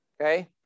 okay